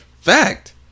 fact